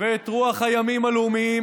ואת רוח הימים הלאומיים